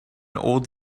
old